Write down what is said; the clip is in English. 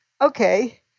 Okay